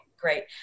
Great